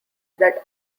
that